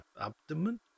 abdomen